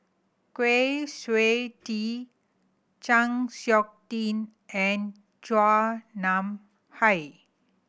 Kwi Siew Tee Chng Seok Tin and Chua Nam Hai